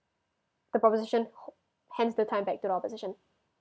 the propositions ho~ hands the time back to the opposition